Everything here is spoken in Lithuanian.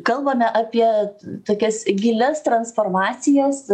kalbame apie tokias gilias transformacijas